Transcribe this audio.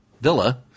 Villa